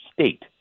state